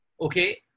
okay